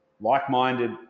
like-minded